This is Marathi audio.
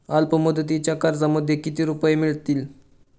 अल्पमुदतीच्या कर्जामध्ये किती रुपये मिळतील?